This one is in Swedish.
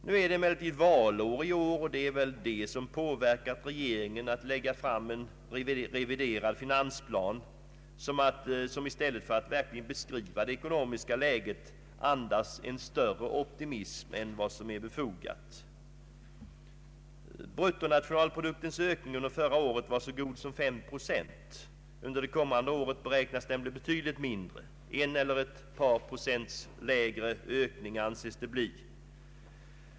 Det är emellertid valår i år och det är väl det som påverkat regeringen att lägga fram en reviderad finansplan som i stället för att verkligen beskriva det ekonomiska läget andas en större optimism än vad som är befogat. der förra året var så god som 5 procent. Under det kommande året beräknas den bli betydligt mindre. En eller ett par procent lägre anses den bli.